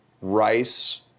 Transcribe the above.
rice